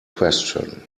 question